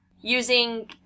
Using